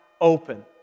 open